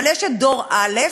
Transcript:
אבל יש דור א',